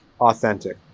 authentic